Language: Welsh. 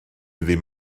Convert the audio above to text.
ddim